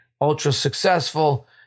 ultra-successful